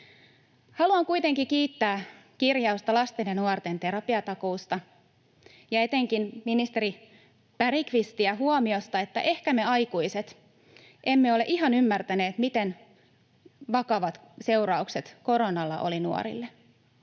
Haluan kuitenkin kiittää kirjauksesta lasten ja nuorten terapiatakuusta ja etenkin ministeri Bergqvistiä huomiosta, että ehkä me aikuiset emme ole ihan ymmärtäneet, miten vakavat seuraukset koronalla oli nuorille.